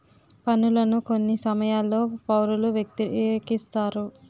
పన్నులను కొన్ని సమయాల్లో పౌరులు వ్యతిరేకిస్తారు